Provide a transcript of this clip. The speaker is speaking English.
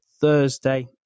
Thursday